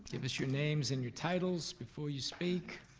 give us your names and your titles before you speak.